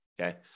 okay